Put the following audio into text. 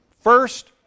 First